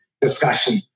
discussion